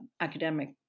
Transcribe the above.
academic